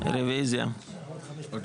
6 נמנעים,